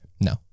no